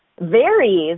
varies